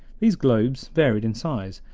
these globes varied in size,